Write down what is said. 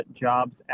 Jobs